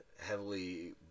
heavily